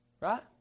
Right